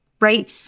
right